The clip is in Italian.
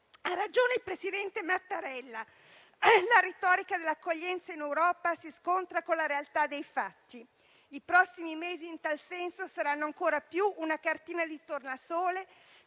Ha ragione il presidente Mattarella: la retorica dell'accoglienza in Europa si scontra con la realtà dei fatti. I prossimi mesi in tal senso saranno ancora di più una cartina di tornasole,